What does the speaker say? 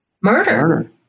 Murder